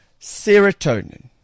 Serotonin